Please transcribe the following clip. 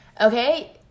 Okay